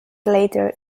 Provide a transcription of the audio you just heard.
later